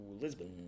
Lisbon